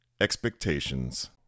expectations